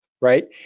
right